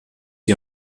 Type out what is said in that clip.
die